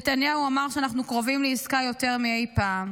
נתניהו אמר שאנחנו קרובים לעסקה יותר מאי פעם.